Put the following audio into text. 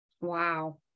Wow